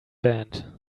band